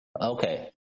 Okay